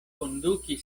konduki